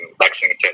lexington